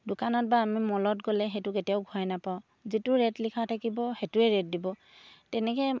দোকানত বা আমি মলত গ'লে সেইটো কেতিয়াও ঘূৰাই নাপাওঁ যিটো ৰেট লিখা থাকিব সেইটোৱে ৰেট দিব তেনেকৈ